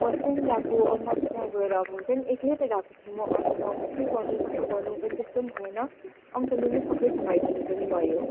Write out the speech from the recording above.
first time गएको अब म त त्यहाँ गएर अब हुन्छ नि एक्लै त गएको थिएँ म अन्त म के गर्नु कसो गर्नु पनि त्यस्तो पनि भएन अङ्कलले नै सबै घुमाइदिनु पनि भयो